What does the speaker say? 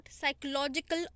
psychological